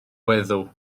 weddw